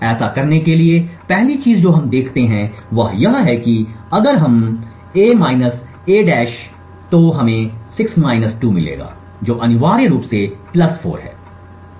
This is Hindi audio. ऐसा करने के लिए पहली चीज जो हम देखते हैं वह यह है कि अगर हम a घटाएं a हमें 6 2 मिलेगा जो अनिवार्य रूप से 4 है